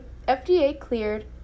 FDA-cleared